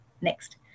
Next